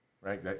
right